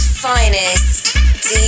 finest